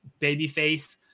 babyface